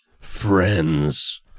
friends